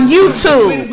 YouTube